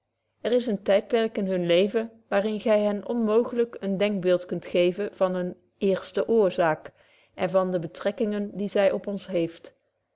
er is een tydperk in hun leven waar in gy hen onmooglyk een denkbeeld kunt geven van eene eerste oorzaak en van de betrekkingen die zy op ons heeft